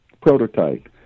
prototype